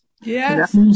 Yes